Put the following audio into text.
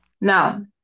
Now